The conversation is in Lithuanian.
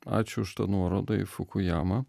ačiū už tą nuorodą fukujamą